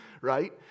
right